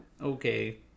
okay